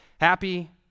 Happy